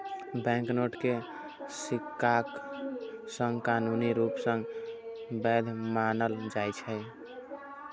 banknote कें सिक्काक संग कानूनी रूप सं वैध मानल जाइ छै